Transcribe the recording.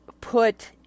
put